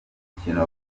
umukino